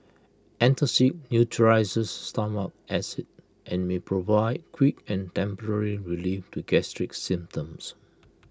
antacid neutralises stomach acid and may provide quick and temporary relief to gastric symptoms